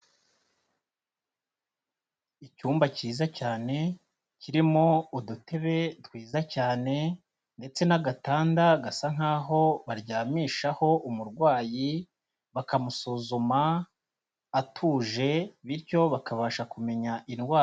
Icyumba cyiza cyane kirimo udutebe twiza cyane ndetse n'agatanda gasa nkaho baryamishaho umurwayi bakamusuzuma atuje bityo bakabasha kumenya indwara.